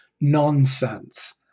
Nonsense